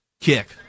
kick